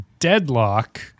Deadlock